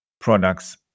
products